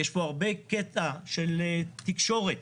יש פה הרבה קטע של תקשורת